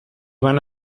van